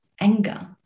anger